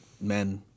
men